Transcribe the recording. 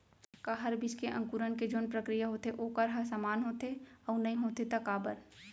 का हर बीज के अंकुरण के जोन प्रक्रिया होथे वोकर ह समान होथे, अऊ नहीं होथे ता काबर?